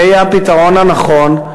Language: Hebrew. זה יהיה הפתרון הנכון,